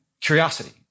curiosity